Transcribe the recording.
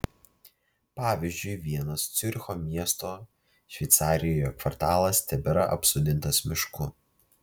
pavyzdžiui vienas ciuricho miesto šveicarijoje kvartalas tebėra apsodintas mišku